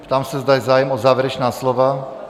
Ptám se, zda je zájem o závěrečná slova.